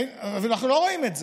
ואנחנו רואים את זה.